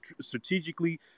strategically